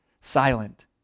silent